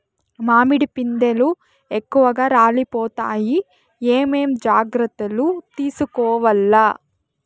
మామిడి పిందెలు ఎక్కువగా రాలిపోతాయి ఏమేం జాగ్రత్తలు తీసుకోవల్ల?